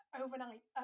overnight